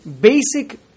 basic